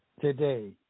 today